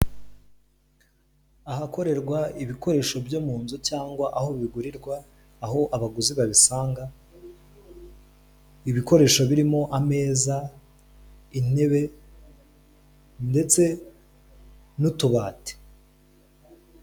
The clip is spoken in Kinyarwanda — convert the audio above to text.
Ahakorerwa ibikoresho byo mu nzu cyangwa aho bigurirwa aho abaguzi babisanga, ibikoresho birimo ameza, intebe ndetse n'utubati.